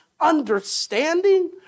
understanding